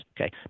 Okay